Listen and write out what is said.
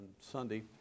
Sunday